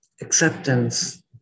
acceptance